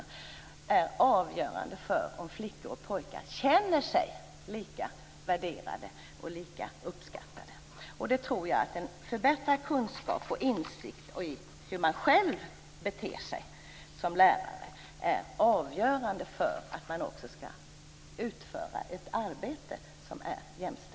Det är avgörande för om flickor och pojkar känner sig lika värderade och uppskattade. Jag tror att en förbättrad insikt i hur man själv beter sig som lärare är avgörande för utförandet av ett jämställt arbete.